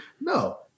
no